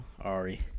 Ari